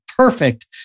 perfect